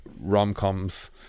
rom-coms